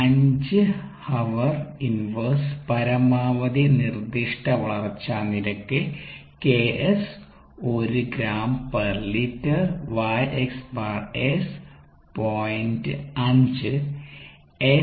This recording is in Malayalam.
5 h 1 പരമാവധി നിർദ്ദിഷ്ട വളർച്ചാ നിരക്ക് Ks 1 gl Y xS 0